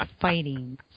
fighting